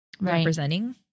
representing